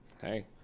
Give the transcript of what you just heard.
hey